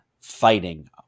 fighting